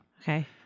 Okay